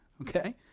okay